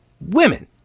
women